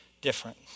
different